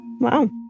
Wow